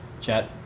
chat